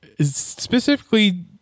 specifically